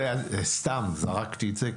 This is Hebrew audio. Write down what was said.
סתם זרקתי את זה,